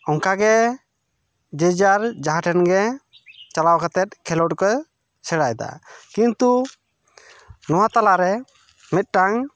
ᱚᱱᱠᱟ ᱜᱮ ᱡᱮᱡᱟᱨ ᱡᱟᱦᱟᱸ ᱴᱷᱮᱱ ᱜᱮ ᱪᱟᱞᱟᱣ ᱠᱟᱛᱮᱫ ᱠᱷᱮᱞᱳᱰ ᱥᱮᱸᱲᱟᱭᱮᱫᱟ ᱠᱤᱱᱛᱩ ᱱᱚᱶᱟ ᱛᱟᱞᱟᱨᱮ ᱢᱤᱫᱴᱟᱝ